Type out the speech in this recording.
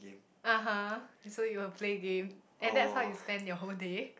(aha) so you'll play game and that's how you spend your whole day